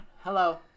Hello